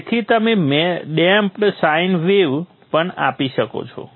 તેથી તમે damped sine wave પણ આપી શકો છો